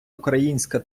українська